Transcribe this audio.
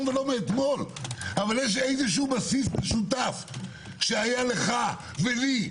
ולא מאתמול אבל יש בסיס משותף שהיה לך ולי,